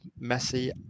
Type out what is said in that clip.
Messi